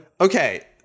Okay